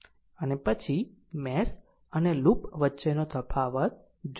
અને પછી મેશ અને લૂપ વચ્ચેનો તફાવત જોઈશું